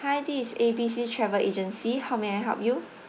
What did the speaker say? hi this is A B C travel agency how may I help you